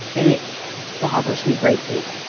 and it bothers me greatly